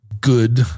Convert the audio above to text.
good